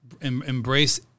embrace